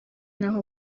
naho